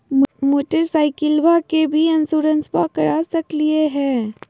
मोटरसाइकिलबा के भी इंसोरेंसबा करा सकलीय है?